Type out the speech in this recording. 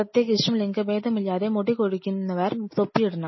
പ്രത്യേകിച്ചും ലിംഗഭേദമില്ലാതെ മുടി കൊഴിയുന്നവർ തൊപ്പി ഇടണം